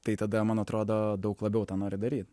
tai tada man atrodo daug labiau tą nori daryt